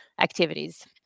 activities